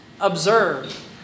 Observe